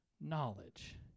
knowledge